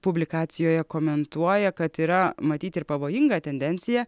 publikacijoje komentuoja kad yra matyt ir pavojinga tendencija